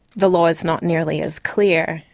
the law is not nearly as clear.